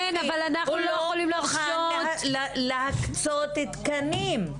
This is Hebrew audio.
הוא לא מוכן להקצות תקנים.